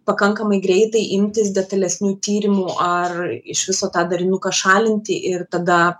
pakankamai greitai imtis detalesnių tyrimų ar iš viso tą darinuką šalinti ir tada